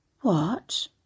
What